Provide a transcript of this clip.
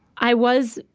i was,